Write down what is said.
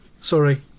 Sorry